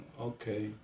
Okay